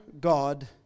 God